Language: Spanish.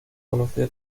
conocida